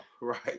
right